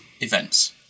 events